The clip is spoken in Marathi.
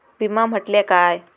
विमा म्हटल्या काय?